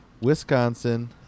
Wisconsin